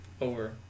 Over